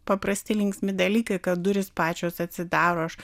paprasti linksmi dalykai kad durys pačios atsidaro aš